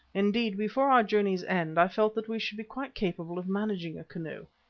indeed, before our journey's end, i felt that we should be quite capable of managing a canoe,